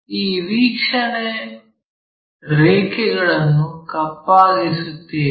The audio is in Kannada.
ಈ ವೀಕ್ಷಣೆ ರೇಖೆಗಳನ್ನು ಕಪ್ಪಾಗಿಸುತ್ತೇವೆ